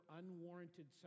unwarranted